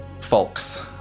folks